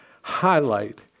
highlight